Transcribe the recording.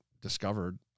discovered –